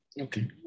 Okay